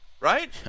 right